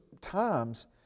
times